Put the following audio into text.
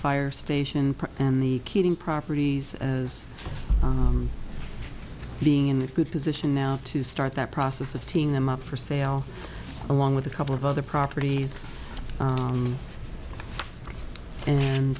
fire station and the keating properties as being in a good position now to start that process of teaching them up for sale along with a couple of other properties